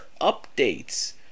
updates